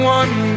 one